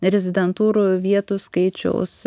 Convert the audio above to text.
rezidentūrų vietų skaičiaus